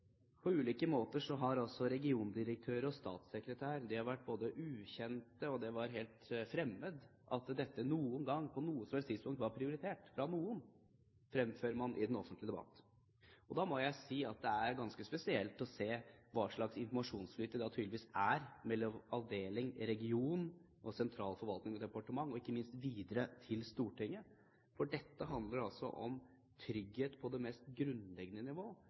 på informasjonsflyten. På ulike måter har regiondirektør og statssekretær vært ukjent med – det var helt fremmed for dem – at dette noen gang eller på noe som helst tidspunkt var prioritert av noen, og det fremfører man i den offentlige debatt. Da må jeg si at det er ganske spesielt å se hva slags informasjonsflyt det tydeligvis er mellom avdeling, region, sentral forvaltning og departement, og ikke minst videre til Stortinget, for dette handler altså om trygghet på det mest grunnleggende nivå.